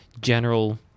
general